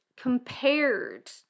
compared